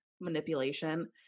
manipulation